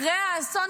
אחרי האסון,